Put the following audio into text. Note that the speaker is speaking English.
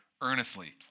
earnestly